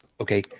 Okay